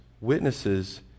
witnesses